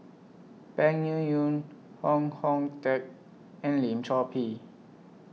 Peng Yuyun Hong Teng and Lim Chor Pee